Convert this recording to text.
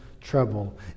trouble